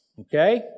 Okay